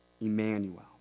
Emmanuel